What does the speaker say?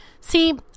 See